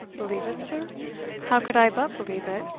believe it, sir how could i but believe it,